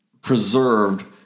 preserved